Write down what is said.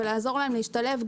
ולעזור להם להשתלב,